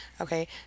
okay